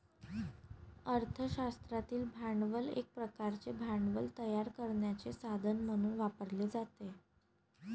अर्थ शास्त्रातील भांडवल एक प्रकारचे भांडवल तयार करण्याचे साधन म्हणून वापरले जाते